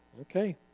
okay